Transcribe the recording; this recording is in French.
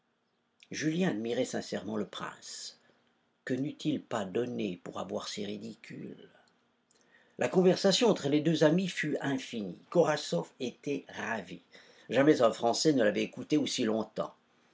julien admirait sincèrement le prince que n'eût-il pas donné pour avoir ses ridicules la conversation entre les deux amis fut infinie korasoff était ravi jamais un français ne l'avait écouté aussi longtemps